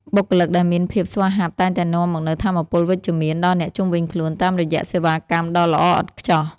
បុគ្គលិកដែលមានភាពស្វាហាប់តែងតែនាំមកនូវថាមពលវិជ្ជមានដល់អ្នកជុំវិញខ្លួនតាមរយៈសេវាកម្មដ៏ល្អឥតខ្ចោះ។